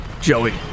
Joey